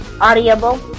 audible